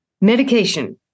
Medication